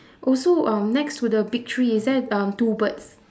also um next to the big tree is there um two birds